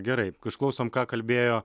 gerai išklausom ką kalbėjo